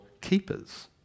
keepers